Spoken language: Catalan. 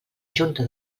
junta